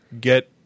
get